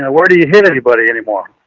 where do you hit anybody anymore?